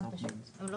אני לא